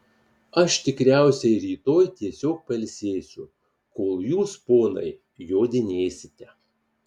aš tikriausiai rytoj tiesiog pailsėsiu kol jūs ponai jodinėsite